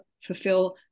fulfill